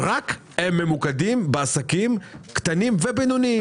הם רק ממוקדים בעסקים קטנים ובינוניים.